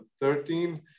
thirteen